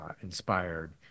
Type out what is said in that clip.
inspired